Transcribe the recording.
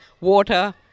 water